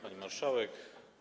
Pani Marszałek!